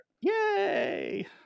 Yay